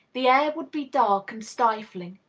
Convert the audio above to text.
the air would be dark and stifling.